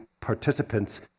participants